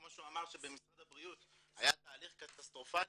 כמו שהוא אמר שבמשרד הבריאות היה תהליך קטסטרופלי,